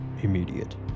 immediate